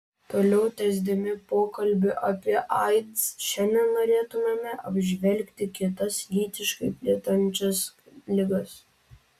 toliau tęsdami pokalbį apie aids šiandien norėtumėme apžvelgti kitas lytiškai plintančias ligas